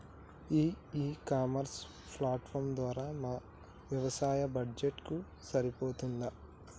ఈ e commerce platform ధర మా వ్యవసాయ బడ్జెట్ కు సరిపోతుందా?